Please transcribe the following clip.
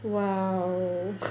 !wow!